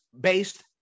based